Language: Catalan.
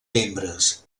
membres